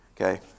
Okay